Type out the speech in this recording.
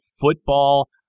football